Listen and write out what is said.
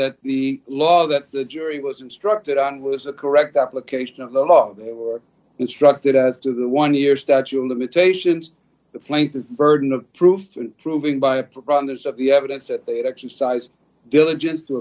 that the law that the jury was instructed on was a correct application of the law they were instructed to the one year statute of limitations the plaint the burden of proof and proving by a preponderance of the evidence that they'd exercise diligence to